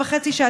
זה ייגמר.